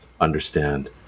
understand